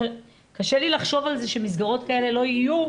קשה לי לחשוב על זה שמסגרות כאלה לא יהיו,